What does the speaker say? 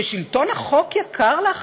ששלטון החוק יקר לך,